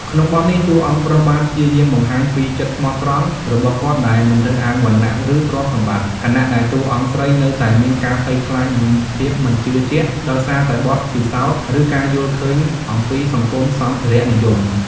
ក្នុងបទនេះ តួអង្គប្រុសបានព្យាយាមបង្ហាញពី ចិត្តស្មោះត្រង់របស់គាត់ដែលមិនរើសអើងវណ្ណៈ ឬទ្រព្យសម្បត្តិ ខណៈដែលតួអង្គស្រីនៅតែមាន ការភ័យខ្លាច និងភាពមិនជឿជាក់ ដោយសារតែបទពិសោធន៍ ឬការយល់ឃើញអំពីសង្គមសម្ភារៈនិយម។